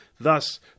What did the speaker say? Thus